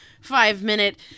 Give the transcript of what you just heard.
five-minute